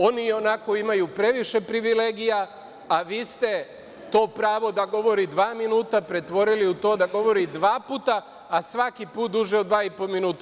Oni ionako imaju previše privilegija, a vi ste to pravo da govori dva minuta pretvorili u to da govori dva puta, a svaki put duže od dva i po minuta.